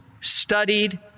studied